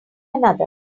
another